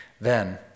then